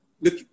look